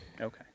Okay